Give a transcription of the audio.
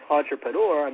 entrepreneur